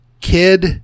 kid